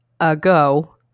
ago